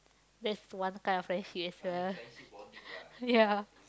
that's one kind of friendship as well ya